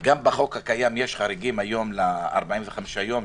גם בחוק הקיים יש חריגים ל-45 יום.